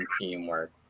teamwork